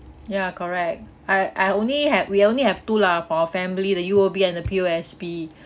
ya correct I I only have we only have two lah for our family the U_O_B and the P_O_S_B